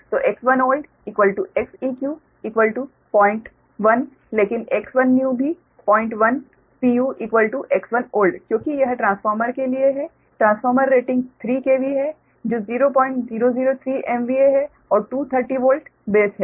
तो X1old Xeq 010 लेकिन X1new भी 010 pu X1old क्योंकि यह ट्रांसफॉर्मर के लिए है ट्रांसफॉर्मर रेटिंग 3KV है जो 0003 MVA है और 230 वोल्ट बेस है